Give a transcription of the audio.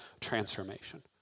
transformation